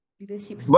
leadership